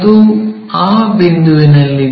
ಅದು ಆ ಬಿಂದುವಿನಲ್ಲಿದೆ